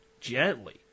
gently